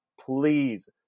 please